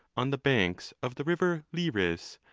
on the banks of the river liris,